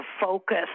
focus